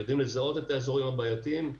יודעים לזהות את האזורים הבעייתיים,